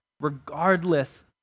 regardless